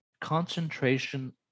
concentration